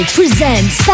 presents